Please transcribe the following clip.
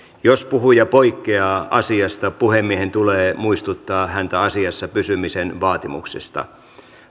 jos puhuja poikkeaa asiasta puhemiehen tulee muistuttaa häntä asiassa pysymisen vaatimuksesta